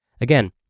Again